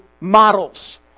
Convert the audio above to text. models